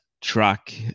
track